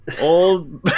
old